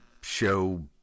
Show